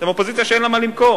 אתם אופוזיציה שאין לה מה למכור.